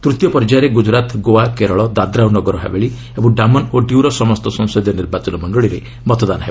ତୃତୀୟ ପର୍ଯ୍ୟାୟରେ ଗୁଜରାତ ଗୋଆ କେରଳ ଦାଦ୍ରା ଓ ନଗରହାବେଳି ଏବଂ ଡାମନ୍ ଓ ଡିଉର ସମସ୍ତ ସଂସଦୀୟ ନିର୍ବାଚନ ମଣ୍ଡଳୀରେ ମତଦାନ ହେବ